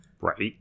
Right